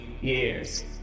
years